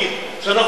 שאנחנו לא יכולים,